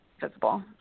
visible